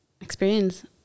experience